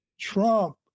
Trump